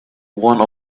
one